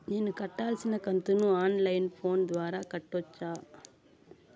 నేను కట్టాల్సిన కంతును ఆన్ లైను ఫోను ద్వారా కట్టొచ్చా?